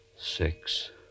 six